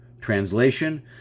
Translation